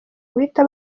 guhita